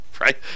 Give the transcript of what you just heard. right